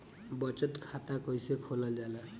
बचत खाता कइसे खोलल जाला?